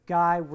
guy